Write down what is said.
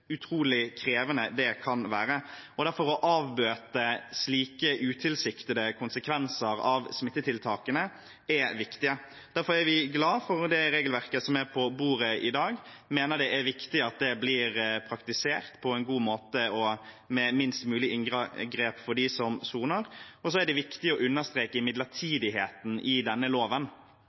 utrolig krevende det kan være. Derfor er det å avbøte slike utilsiktede konsekvenser av smittetiltakene viktig. Og derfor er vi glad for det regelverket som er på bordet i dag, og mener det er viktig at det blir praktisert på en god måte og med minst mulig inngrep for dem som soner. Så er det viktig å understreke midlertidigheten i denne loven,